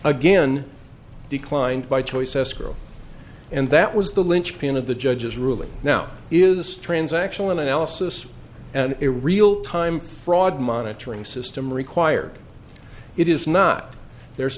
again declined by choice escrow and that was the linchpin of the judge's ruling now is transactional analysis and it real time fraud monitoring system required it is not there's